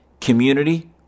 community